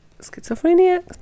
schizophrenia